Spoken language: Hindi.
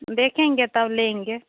देखेंगे तब लेंगे